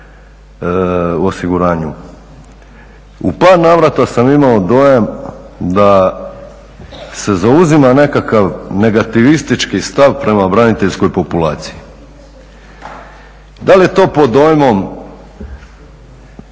u par navrata sam imao dojam da se zauzima nekakav negativistički stav prema braniteljskoj populaciji. Da li je to pod dojmom